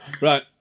Right